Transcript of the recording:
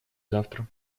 завтра